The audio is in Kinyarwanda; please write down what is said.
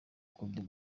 kubyo